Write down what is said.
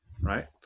right